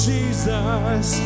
Jesus